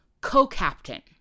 co-captain